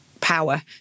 power